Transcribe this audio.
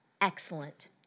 excellent